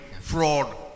fraud